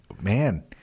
man